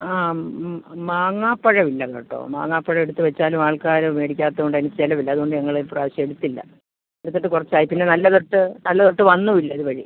ആ മാങ്ങാപ്പഴവില്ല കേട്ടോ മാങ്ങാപ്പഴം എടുത്ത് വെച്ചാലും ആൾക്കാർ മേടിക്കാത്തോണ്ടതിന് ചിലവില്ല അതുകൊണ്ട് ഞങ്ങളിപ്രാവശ്യം എടുത്തില്ല എടുത്തിട്ട് കുറച്ചായി പിന്നെ നല്ലതൊട്ട് നല്ലതൊട്ട് വന്നും ഇല്ലിത് വഴി